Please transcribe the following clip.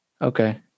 Okay